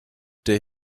der